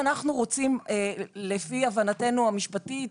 לפי הבנתנו המשפטית,